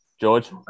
George